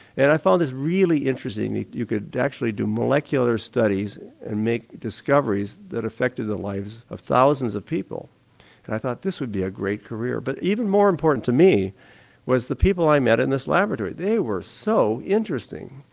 and i thought it really interesting that you could actually do molecular studies and make discoveries that affected the lives of thousands of people and i thought this would be a great career. but even more important to me was the people i met in this laboratory, they were so interesting.